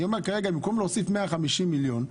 אני אומר שכרגע במקום להוסיף 150 מיליון,